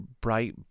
bright